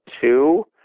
two